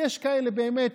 ויש כאלה באמת,